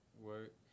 work